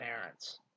parents